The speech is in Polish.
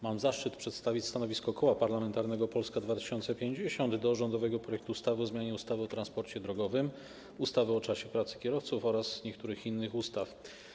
Mam zaszczyt przedstawić stanowisko Koła Parlamentarnego Polska 2050 odnośnie do rządowego projektu ustawy o zmianie ustawy o transporcie drogowym, ustawy o czasie pracy kierowców oraz niektórych innych ustaw.